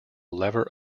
lever